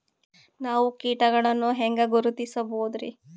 ನಾವು ಕೀಟಗಳನ್ನು ಹೆಂಗ ಗುರುತಿಸಬೋದರಿ?